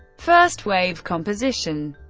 first wave composition